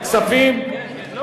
התשע"ב 2012,